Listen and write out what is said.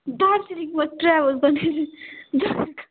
दार्जिलिङमा ट्र्याभल पनि